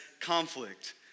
conflict